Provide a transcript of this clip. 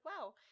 wow